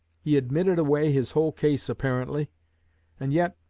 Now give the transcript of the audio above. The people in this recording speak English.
he admitted away his whole case apparently and yet,